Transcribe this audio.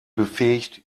befähigt